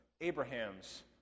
Abraham's